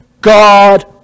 God